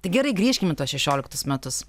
tai gerai grįžkim į šešioliktus metus